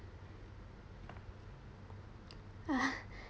ah